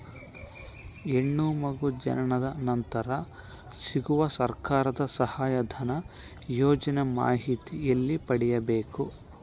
ಹೆಣ್ಣು ಮಗು ಜನನ ನಂತರ ಸಿಗುವ ಸರ್ಕಾರದ ಸಹಾಯಧನ ಯೋಜನೆ ಮಾಹಿತಿ ಎಲ್ಲಿ ಪಡೆಯಬೇಕು?